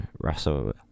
Russell